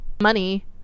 money